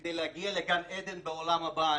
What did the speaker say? כדי להגיע לגן עדן בעולם הבא.